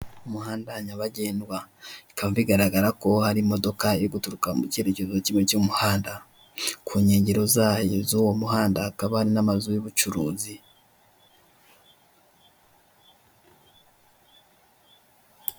Umuhanda nyabagendwa bikaba bigaragra ko hari imodoka iri guturuka mu cyerekezo kimwe cy'umuhanda. Ku nkengero z'uwo muhanda haka hari n' amazu y'ubucuruzi.